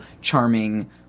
charming